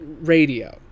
radio